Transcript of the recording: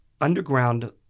underground